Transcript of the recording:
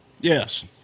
Yes